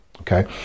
okay